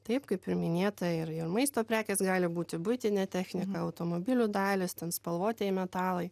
taip kaip ir minėta ir ir maisto prekės gali būti buitinė technika automobilių dalys ten spalvotieji metalai